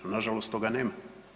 Nažalost toga nema.